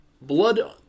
blood